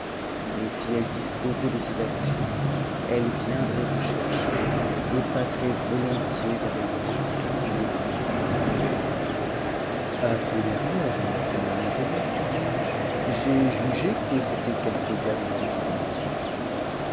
et si elle disposait de ses actions elle viendrait vous chercher et passerait volontiers avec vous tous les moments de sa vie à son air noble et à ses manières honnêtes lui disje j'ai jugé que c'était quelque dame de considération